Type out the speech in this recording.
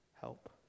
help